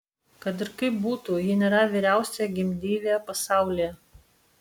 kad ir kaip būtų ji nėra vyriausia gimdyvė pasaulyje